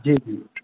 جی جی